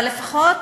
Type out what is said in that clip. אבל לפחות,